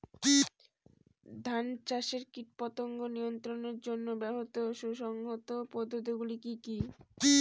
ধান চাষে কীটপতঙ্গ নিয়ন্ত্রণের জন্য ব্যবহৃত সুসংহত পদ্ধতিগুলি কি কি?